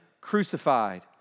crucified